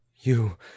You